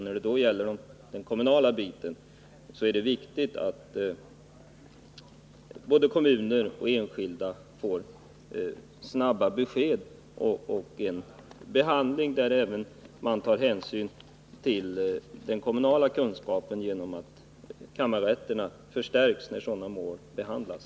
Då det gäller den kommunala biten är det angeläget att både kommuner och enskilda får snabba besked och att det vid behandlingen även tas hänsyn till den kommunala kunskapen genom att kammarrätten förstärks när sådana mål behandlas.